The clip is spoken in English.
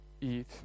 eat